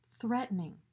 threatening